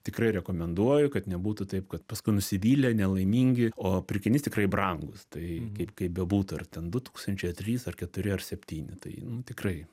tikrai rekomenduoju kad nebūtų taip kad paskui nusivylė nelaimingi o pirkinys tikrai brangus tai kaip kaip bebūtų ar ten du tūkstančiai ar trys ar keturi ar septyni tai nu tikrai